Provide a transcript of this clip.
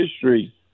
history